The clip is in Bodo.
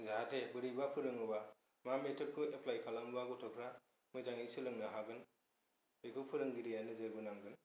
जाहाथे बरैबा फोरोङोब्ला मा मेथडखौ एप्लाय खालामोब्ला गथ'फोरा मोजाङै सोलोंनो हागोन बेखौ फोरोंगिरिया नोजोर बोनांगोन